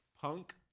Punk